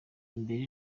mbere